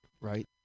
Right